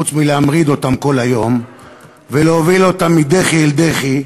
חוץ מלהמריד אותם כל היום ולהוביל אותם מדחי אל דחי,